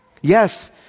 Yes